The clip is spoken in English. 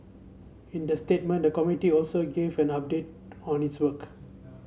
in the statement the committee also gave an update on its work